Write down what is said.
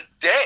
day